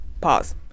pause